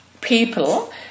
people